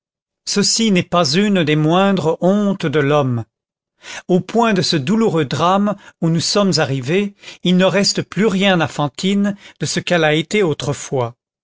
ceci n'est pas une des moindres hontes de l'homme au point de ce douloureux drame où nous sommes arrivés il ne reste plus rien à fantine de ce qu'elle a été autrefois